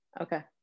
Okay